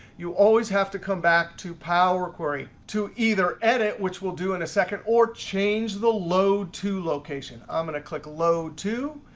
you always have to come back to power query to either edit, which we'll do in a second, or change the load to location. i'm going to click load to.